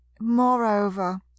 moreover